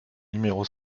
numéro